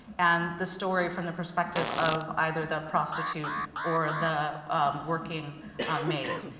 and the story from the perspective of either the prostitute or the working maid.